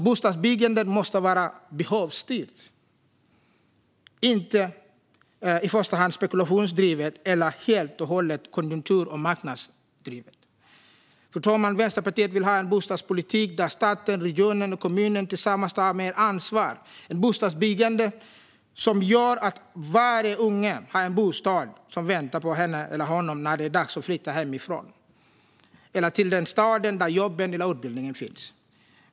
Bostadsbyggandet måste vara behovsstyrt och inte i första hand spekulationsdrivet eller helt och hållet konjunktur och marknadsdrivet. Fru talman! Vänsterpartiet vill ha en bostadspolitik där staten, regionen och kommunen tillsammans tar mer ansvar och ett bostadsbyggande som gör att varje unge har en bostad som väntar på henne eller honom när det är dags att flytta hemifrån eller till den stad där jobben eller utbildningen finns.